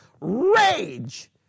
Rage